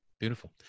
Beautiful